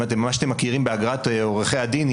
אם ממה שאתם מכירים באגרת עורכי הדין,